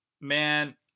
man